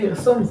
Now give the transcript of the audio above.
" פרסום זה,